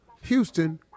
Houston